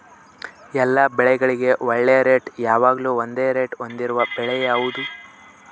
ಎಲ್ಲ ಬೆಳೆಗಳಿಗೆ ಒಳ್ಳೆ ರೇಟ್ ಯಾವಾಗ್ಲೂ ಒಂದೇ ರೇಟ್ ಹೊಂದಿರುವ ಬೆಳೆ ಯಾವುದು?